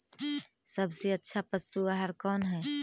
सबसे अच्छा पशु आहार कौन है?